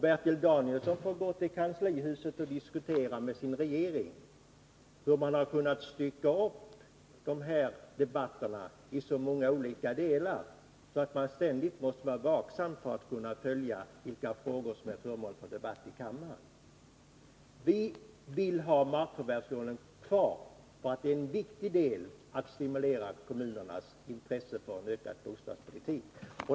Bertil Danielsson får gå till kanslihuset och diskutera med sin regering hur man har kunnat stycka upp de här debatterna i så många olika delar att vi ständigt måste vara vaksamma för att kunna följa vilka frågor som är föremål för debatt i kammaren. Vi vill ha kvar markförvärvslånet, för det är en viktig del när det gäller att stimulera kommunernas intresse för en ökad bostadspolitik.